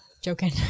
Joking